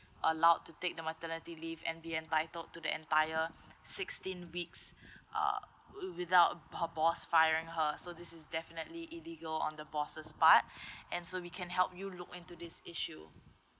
allowed to take the maternity leave and be entitled to the entire sixteen weeks uh wi~ without her boss firing her so this is definitely illegal on the boss' part and so we can help you look into this issue